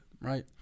right